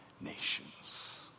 nations